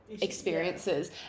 experiences